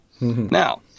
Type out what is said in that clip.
Now